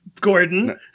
Gordon